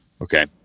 Okay